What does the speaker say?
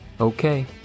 Okay